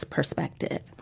perspective